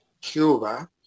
Cuba